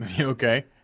Okay